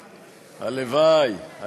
הלוואי.